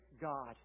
God